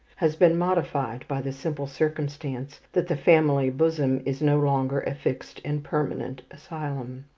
has been modified by the simple circumstance that the family bosom is no longer a fixed and permanent asylum.